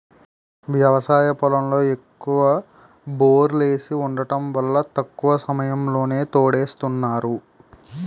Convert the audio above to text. వ్యవసాయ పొలంలో ఎక్కువ బోర్లేసి వుండటం వల్ల తక్కువ సమయంలోనే తోడేస్తున్నారు